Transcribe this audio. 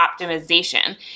Optimization